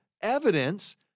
evidence